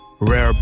Rare